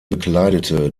bekleidete